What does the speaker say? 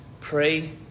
pray